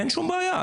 אין שום בעיה,